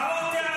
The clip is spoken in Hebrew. לא,